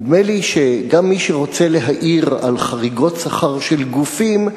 נדמה לי שגם מי שרוצה להעיר על חריגות שכר של גופים,